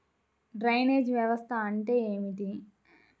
Drainage వ్యవస్థ అంటే ఏమిటి?